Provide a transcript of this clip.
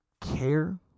care